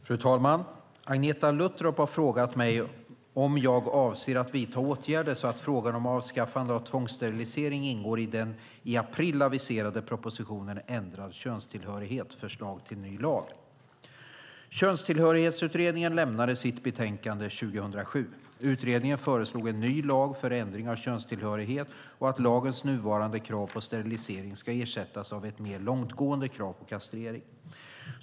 Fru talman! Agneta Luttropp har frågat mig om jag avser att vidta åtgärder så att frågan om avskaffande av tvångssterilisering ingår i den i april aviserade propositionen Ändrad könstillhörighet - förslag till ny lag . Könstillhörighetsutredningen lämnade sitt betänkande 2007. Utredningen föreslog en ny lag för ändring av könstillhörighet och att lagens nuvarande krav på sterilisering ska ersättas av ett mer långtgående krav på kastrering.